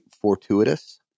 fortuitous